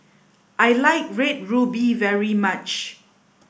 I like red ruby very much